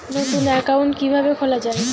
নতুন একাউন্ট কিভাবে খোলা য়ায়?